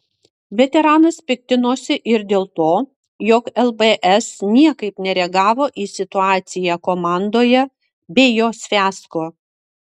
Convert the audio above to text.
veteranas piktinosi ir dėl to jog lbs niekaip nereagavo į situaciją komandoje bei jos fiasko